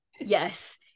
yes